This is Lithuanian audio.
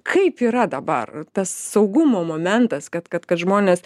kaip yra dabar tas saugumo momentas kad kad kad žmonės